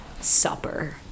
Supper